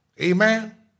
amen